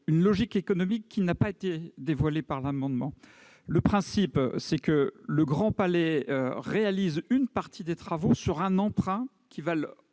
logique économique qui n'a pas été dévoilée par les auteurs de l'amendement. Le principe est que le Grand Palais réalise une partie des travaux grâce à un emprunt qu'il va